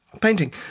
painting